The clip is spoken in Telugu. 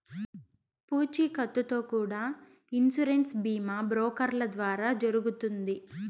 పూచీకత్తుతో కూడా ఇన్సూరెన్స్ బీమా బ్రోకర్ల ద్వారా జరుగుతుంది